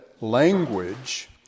language